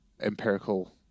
empirical